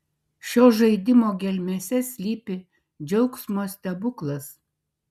šio žaidimo gelmėse slypi džiaugsmo stebuklas